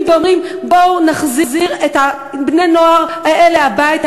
באים ואומרים: בואו נחזיר את בני-הנוער האלה הביתה,